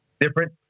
different